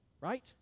right